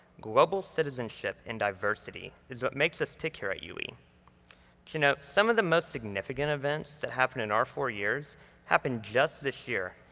global citizenship and diversity is what makes us tick here at ue. to note some of the most significant events that happened in our four years happened just this year,